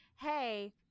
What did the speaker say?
hey